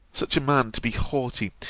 such a man to be haughty,